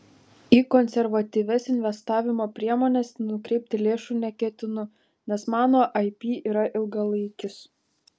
į konservatyvias investavimo priemones nukreipti lėšų neketinu nes mano ip yra ilgalaikis